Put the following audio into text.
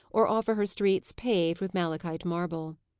or offer her streets paved with malachite marble.